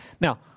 Now